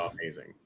amazing